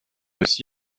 aussi